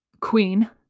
queen